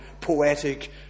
poetic